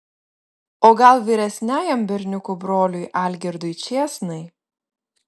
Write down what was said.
o gal vyresniajam berniukų broliui algirdui čėsnai